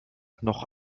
noch